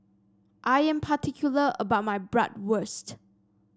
I am particular about my Bratwurst